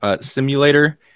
simulator